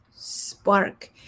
spark